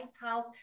house